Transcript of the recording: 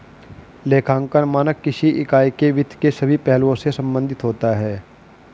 लेखांकन मानक किसी इकाई के वित्त के सभी पहलुओं से संबंधित होता है